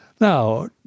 Now